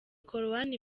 korowani